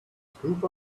scoop